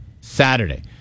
Saturday